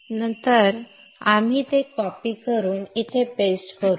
तर आपण ते कॉपी करून इथे पेस्ट करू